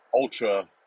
ultra